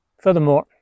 Furthermore